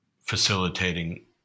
facilitating